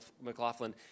McLaughlin